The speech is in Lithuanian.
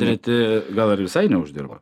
treti gal ir visai neuždirba